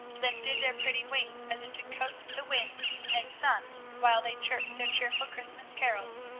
lifted their pretty wings as if to coax the wind and sun, while they chirped their cheerful christmas carols,